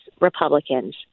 Republicans